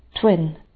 twin